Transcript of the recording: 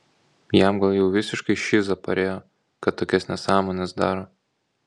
jam gal jau visiškai šiza parėjo kad tokias nesąmones daro